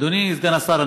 אדוני סגן השר,